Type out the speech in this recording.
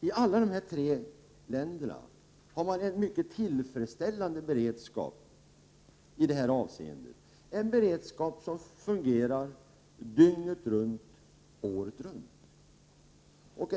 I dessa tre länder har man i detta avseende en mycket god beredskap — en beredskap som fungerar dygnet runt, året om.